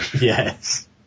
Yes